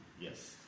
Yes